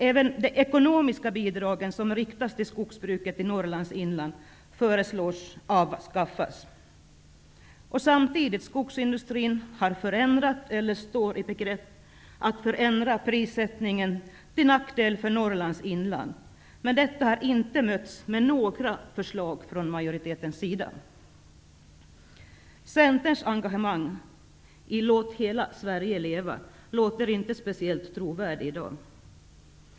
Även de ekonomiska bidragen som riktats till skogsbruket i Norrlands inland föreslås avskaffas. Samtidigt har skogsindustrin förändrat eller står i begrepp att förändra prissättningen till nackdel för Norrlands inland. Men detta har inte mötts med några förslag från majoritetens sida. låter inte speciellt trovärdigt i dag.